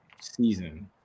season